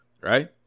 right